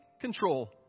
control